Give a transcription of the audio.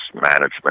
management